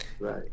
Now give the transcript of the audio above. Right